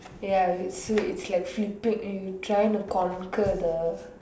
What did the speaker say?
ya it so its like flipping you trying to conquer the